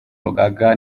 rugaga